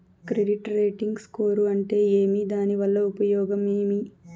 Credit rating score అంటే ఏమి దాని వల్ల ఉపయోగం ఏమి?